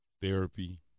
therapy